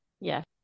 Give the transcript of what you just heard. Yes